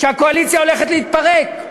שהקואליציה הולכת להתפרק.